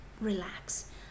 Relax